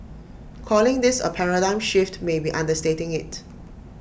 calling this A paradigm shift may be understating IT